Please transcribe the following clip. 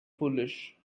foolish